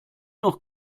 noch